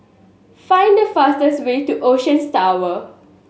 find the fastest way to Oceans Tower